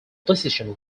decision